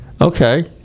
Okay